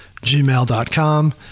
gmail.com